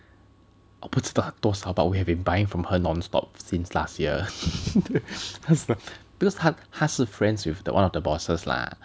我不知道多少 but we've been buying from her non stop since last year because 他他是 friends with the one of the bosses lah